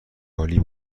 عالی